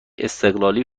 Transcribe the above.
استقلالی